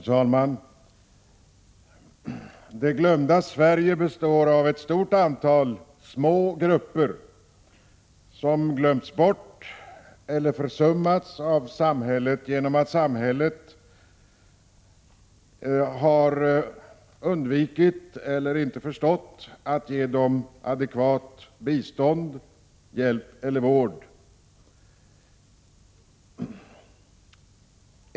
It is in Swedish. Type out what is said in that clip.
Herr talman! Det glömda Sverige består av ett stort antal små grupper. Dessa grupper har glömts bort eller försummats av samhället genom att samhället har undvikit eller inte förstått att ge dem adekvat bistånd, hjälp eller vård.